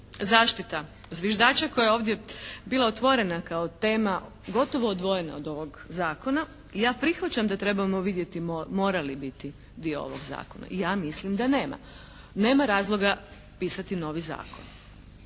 zaštita zviždača koja je ovdje bila otvorena kao tema gotovo odvojena od ovog zakona. I ja prihvaćam da trebamo vidjeti mora li biti dio ovog zakona. I ja mislim da nema. Nema razloga pisati novi zakon.